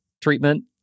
treatment